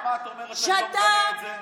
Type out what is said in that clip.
למה את אומרת שאני לא מגנה את זה?